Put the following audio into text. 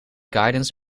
guidance